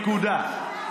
נקודה.